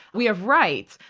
we have rights.